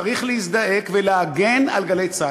צריך להזדעק ולהגן על "גלי צה"ל".